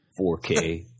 4K